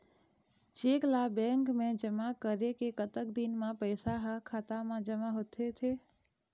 Cheque ला bank मा जमा करे के कतक दिन मा पैसा हा खाता मा जमा होथे थे?